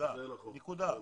זה נכון.